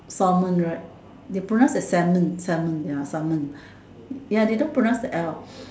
salmon right they pronounce as salmon salmon ya salmon ya they don't pronounce the L